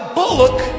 bullock